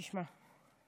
תשמע.